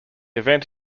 event